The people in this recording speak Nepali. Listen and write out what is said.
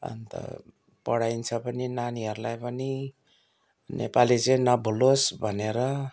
अन्त पढाइन्छ पनि नानीहरूलाई पनि नेपाली चाहिँ नभुलोस् भनेर